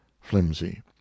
flimsy